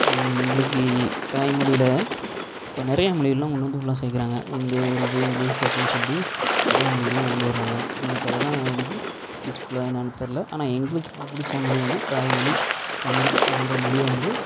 எங்களுக்கு யி தாய்மொழியில் இப்போ நிறையா மொழியெலாம் கொண்டு வந்து உள்ளே சேர்க்கறாங்க இந்தி உருது இங்கிலீஷ் அப்புடின் சொல்லி நிறையா மொழிகளெலாம் கொண்டு வராங்க எங்களுக்கு அதெலாம் வந்து யூஸ்ஃபுல்லாக என்னென்னு தெரில ஆனால் எங்களுக்கு பு பிடிச்ச மொழி வந்து தாய்மொழி தமிழ் போன்ற மொழியை வந்து